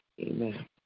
Amen